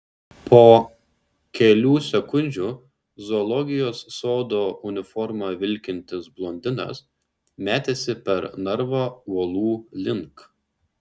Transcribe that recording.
po kelių sekundžių zoologijos sodo uniforma vilkintis blondinas metėsi per narvą uolų link